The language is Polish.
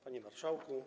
Panie Marszałku!